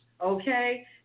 okay